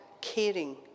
caring